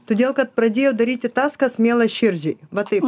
todėl kad pradėjau daryti tas kas miela širdžiai va taip